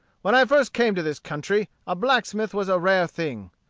when i first came to this country a blacksmith was a rare thing.